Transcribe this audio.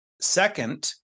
Second